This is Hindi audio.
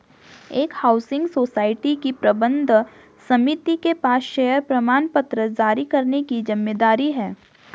एक हाउसिंग सोसाइटी की प्रबंध समिति के पास शेयर प्रमाणपत्र जारी करने की जिम्मेदारी है